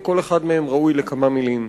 וכל אחד מהם ראוי לכמה מלים.